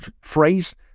phrase